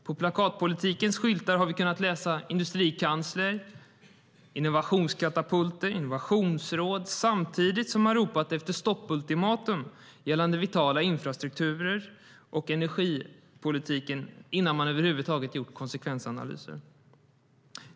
På plakatpolitikens skyltar har vi kunnat läsa om industrikansler, innovationskatapulter och innovationsråd - samtidigt som man har ropat efter stoppultimatum gällande vitala infrastrukturer och energipolitiken innan man över huvud taget har gjort konsekvensanalyser.